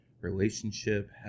Relationship